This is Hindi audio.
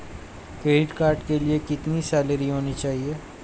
क्रेडिट कार्ड के लिए कितनी सैलरी होनी चाहिए?